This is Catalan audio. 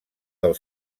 del